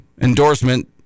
Endorsement